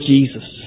Jesus